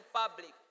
public